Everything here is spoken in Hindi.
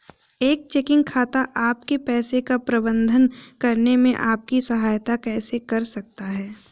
एक चेकिंग खाता आपके पैसे का प्रबंधन करने में आपकी सहायता कैसे कर सकता है?